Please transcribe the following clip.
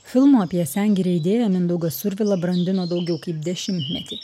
filmo apie sengirę idėją mindaugas survila brandino daugiau kaip dešimtmetį